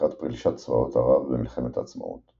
לקראת פלישת צבאות ערב במלחמת העצמאות,